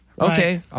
okay